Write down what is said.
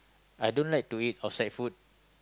I don't like to eat outside food